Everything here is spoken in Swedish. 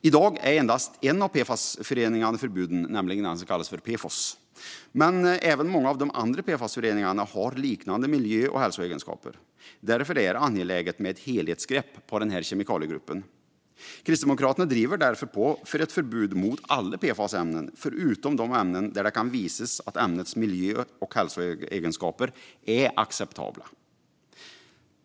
I dag är endast en av PFAS-föreningarna förbjuden, nämligen PFOS, men även många av de andra PFAS-föreningarna har liknande miljö och hälsoegenskaper. Därför är det angeläget med ett helhetsgrepp på denna kemikaliegrupp. Kristdemokraterna driver därför på för ett förbud mot alla PFAS-ämnen, förutom de ämnen där det kan visas att ämnets miljö och hälsoegenskaper är acceptabla.